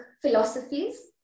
philosophies